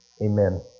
amen